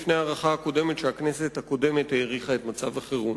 לפני הפעם הקודמת שהכנסת הקודמת האריכה את מצב החירום.